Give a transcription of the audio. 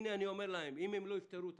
הנה אני אומר להם: אם הם לא יפתרו את